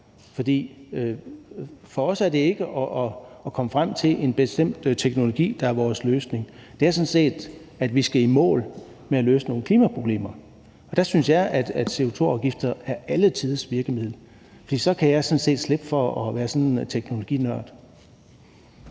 for os handler det ikke om at komme frem til en bestemt teknologi, der er vores løsning. Det handler sådan set om, at vi skal i mål med at løse nogle klimaproblemer, og der synes jeg, at CO2-afgifter er alletiders virkemiddel, for så kan jeg sådan set slippe for at være sådan en teknologinørd.